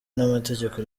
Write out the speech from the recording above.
n’amategeko